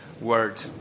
word